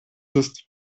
ist